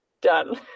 done